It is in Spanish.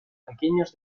pequeños